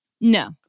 No